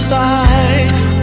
life